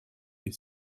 est